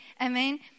Amen